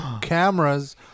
cameras